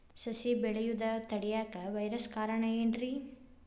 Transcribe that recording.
ಸಸಿ ಬೆಳೆಯುದ ತಡಿಯಾಕ ವೈರಸ್ ಕಾರಣ ಏನ್ರಿ?